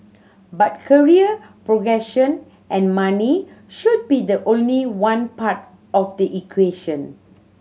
but career progression and money should be the only one part of the equation